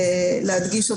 להדגיש.